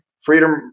Freedom